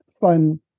fun